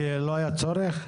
כי לא היה צורך?